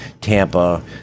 Tampa